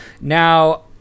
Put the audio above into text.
Now